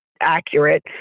accurate